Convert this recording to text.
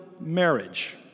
marriage